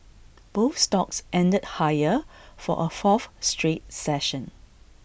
both stocks ended higher for A fourth straight session